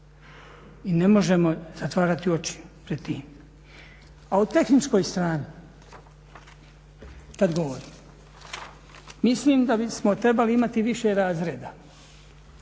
I ne možemo zatvarati oči pred tim. A o tehničkoj strani kad govorim, mislim da bismo trebali imati više razreda.